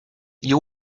you